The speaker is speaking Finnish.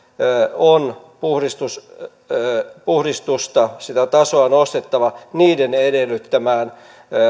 on puhdistusta sitä tasoa nostettava niiden edellyttämään